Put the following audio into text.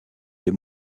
des